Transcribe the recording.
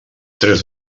tres